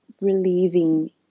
relieving